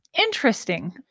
Interesting